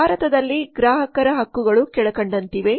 ಭಾರತದಲ್ಲಿ ಗ್ರಾಹಕರ ಹಕ್ಕುಗಳು ಕೆಳಕಂಡಂತಿವೆ